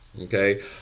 Okay